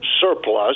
surplus